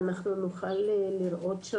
אנחנו רוצים לשנות את המצב של מפרץ חיפה,